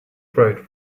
bright